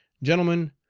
gentlemen,